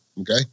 okay